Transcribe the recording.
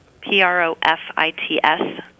P-R-O-F-I-T-S